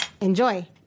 Enjoy